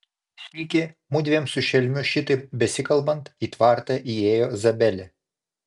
sykį mudviem su šelmiu šitaip besikalbant į tvartą įėjo zabelė